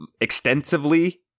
extensively